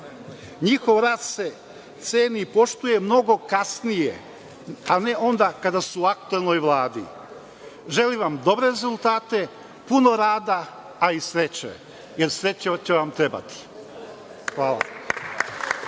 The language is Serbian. NJihov rad se ceni i poštuje mnogo kasnije, a ne onda kada su u aktuelnoj Vladi. Želim vam dobre rezultate, puno rada, a i sreće, jer sreća će vam trebati. Hvala